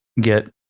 get